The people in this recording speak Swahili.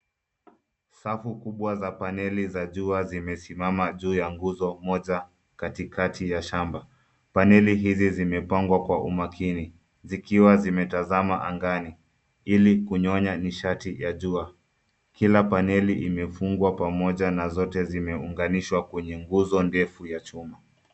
Safu kubwa za paneli za jua zimesimama juu ya nguzo moja katikati ya shamba. Paneli hizi zimepangwa kwa umakini zikiwa zimetazama angani ili kunyonya nishati ya jua. Kila paneli imefungwa pamoja na zote zimeunganishwa kwenye nguzo ndefu ya chuma.